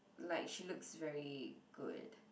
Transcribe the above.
like she looks very good